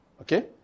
okay